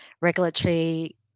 regulatory